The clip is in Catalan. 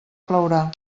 plourà